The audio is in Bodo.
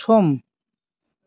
सम